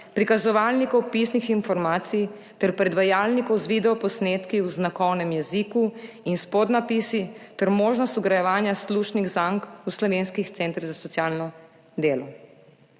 prikazovalnikov pisnih informacij ter predvajalnikov z videoposnetki v znakovnem jeziku in s podnapisi ter možnost vgrajevanja slušnih zank v slovenskih centrih za socialno delo.